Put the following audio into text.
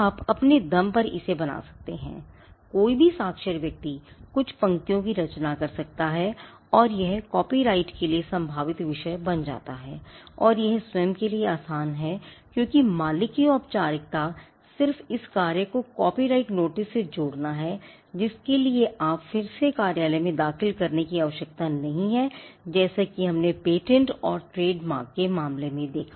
आप इसे अपने दम पर इसे बना सकते हैं कोई भी साक्षर व्यक्ति कुछ पंक्तियों की रचना कर सकता है और यह कॉपीराइट के लिए एक संभावित विषय बन जाता है और यह स्वयं के लिए आसान है क्योंकि मालिक की औपचारिकता सिर्फ इस कार्य को कॉपीराइट नोटिस से साथ जोड़ना है जिसके लिए फिर से कार्यालय में दाखिल करने की आवश्यकता नहीं है जैसे कि हमने पैटेंट और ट्रेडमार्क के मामले में देखा